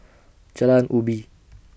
Jalan Ubi